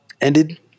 ended